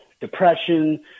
depression